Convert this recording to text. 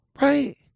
Right